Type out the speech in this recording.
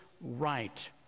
right